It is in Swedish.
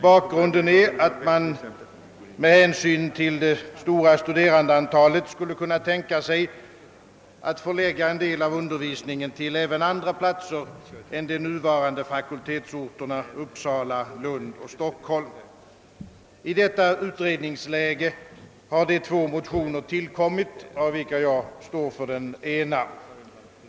Bakgrunden är att man med hänsyn till det stora studerandeantalet skulle kunna tänka sig att förlägga en del av undervisningen till även andra platser än de nuvarande fakultetsorterna Uppsala, Lund och Stockholm. I detta utredningsläge har två motioner tillkommit, av vilka jag står för den ena.